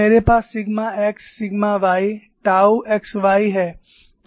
मेरे पास sigma x sigma y tau x y है